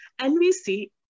NVC